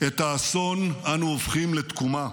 את האסון אנו הופכים לתקומה.